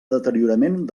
deteriorament